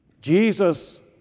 Jesus